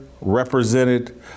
represented